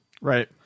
Right